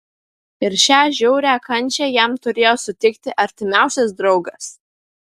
ir šią žiaurią kančią jam turėjo suteikti artimiausias draugas